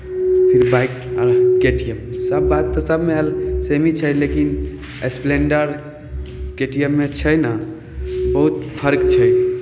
फेर बाइक के T M सभ बात तऽ सभमे अल सेम ही छै लेकिन स्प्लैण्डर के टी एम मे छै ने बहुत फर्क छै